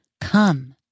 come